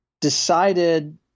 decided